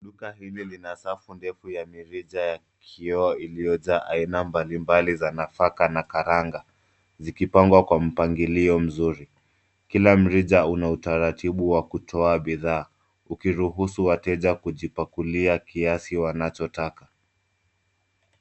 Duka hili lina safu ndefu ya mirija ya kioo iliyojaa aina mbali mbali za nafaka na karanga, zikipangwa kwa mpangilio mzuri. Kila mrija una utaratibu wa kutoa bidhaa, ukiruhusu wateja kujipakulia kiasi wanachotaka.